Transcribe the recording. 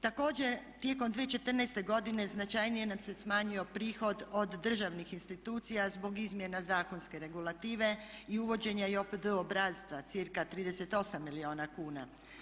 Također, tijekom 2014. godine značajnije nam se smanjio prihod od državnih institucija zbog izmjena zakonske regulative i uvođenja JOPD obrasca cirka 38 milijuna kuna.